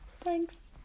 Thanks